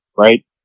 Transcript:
right